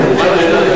מה היא תגלה?